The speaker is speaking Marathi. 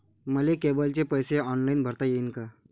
मले केबलचे पैसे ऑनलाईन भरता येईन का?